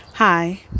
Hi